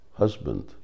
husband